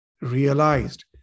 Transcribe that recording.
realized